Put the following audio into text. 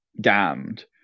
damned